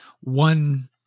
one